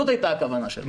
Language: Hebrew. זאת הייתה הכוונה שלו.